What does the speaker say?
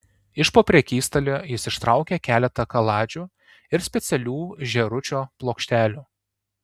iš po prekystalio jis ištraukė keletą kaladžių ir specialių žėručio plokštelių